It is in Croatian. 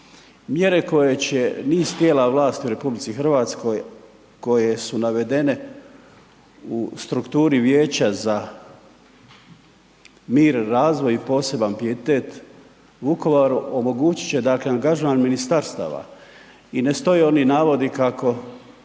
Mjere koje će niz tijela vlasti u RH koje su navedene u strukturi Vijeća za mir, razvoj i poseban pijetet Vukovaru, omogućit će dakle, angažman ministarstava i ne stoje oni navodi kako